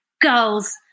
girls